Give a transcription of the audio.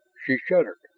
she shuddered.